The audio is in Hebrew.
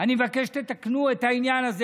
אני מבקש שתתקנו את העניין הזה.